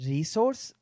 Resource